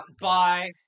bye